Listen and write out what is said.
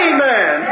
Amen